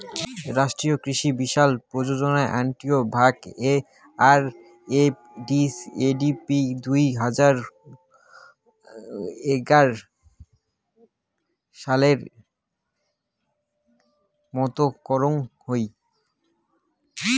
রাষ্ট্রীয় কৃষি বিকাশ যোজনার আকটি ভাগ, আর.এ.ডি.পি দুই হাজার এগার সালে মত করং হই